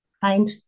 Find